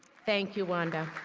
thank you, wanda.